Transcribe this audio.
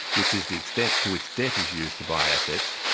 which is the extent to which debt is used to buy assets,